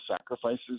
sacrifices